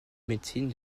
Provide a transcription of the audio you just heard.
médecine